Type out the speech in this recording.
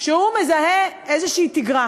שהוא מזהה איזו תגרה,